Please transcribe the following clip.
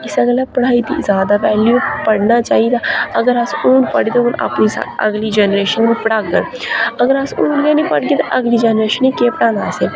इस्सै गल्ला पढ़ाई दी ज्यादा वैल्यू पढ़ना चाहिदा अगर अस हून पढ़े दे होग अगली अपनी जेह्ड़ी जेनरेशन गी पढ़ाङन अगर अस हून गै नी पढ़गे ते अगली जेनरेशन गी केह् पढ़ाना असें